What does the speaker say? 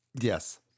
Yes